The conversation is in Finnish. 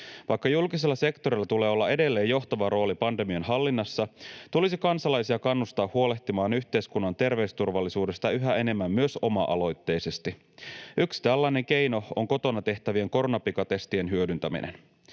Vaikka julkisella sektorilla tulee olla edelleen johtava rooli pandemian hallinnassa, tulisi kansalaisia kannustaa huolehtimaan yhteiskunnan terveysturvallisuudesta yhä enemmän myös oma-aloitteisesti. Yksi tällainen keino on kotona tehtävien koronapikatestien hyödyntäminen.